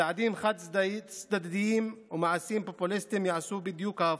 צעדים חד-צדדיים ומעשים פופוליסטיים יעשו בדיוק ההפך.